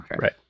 Right